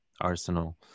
arsenal